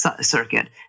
circuit